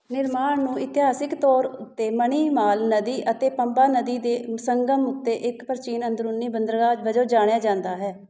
ਨਿਰਮਾਣ ਨੂੰ ਇਤਿਹਾਸਕ ਤੌਰ ਉੱਤੇ ਮਣੀਮਾਲ ਨਦੀ ਅਤੇ ਪੰਬਾ ਨਦੀ ਦੇ ਸੰਗਮ ਉੱਤੇ ਇੱਕ ਪ੍ਰਾਚੀਨ ਅੰਦਰੂਨੀ ਬੰਦਰਗਾਹ ਵਜੋਂ ਜਾਣਿਆ ਜਾਂਦਾ ਹੈ